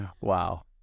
Wow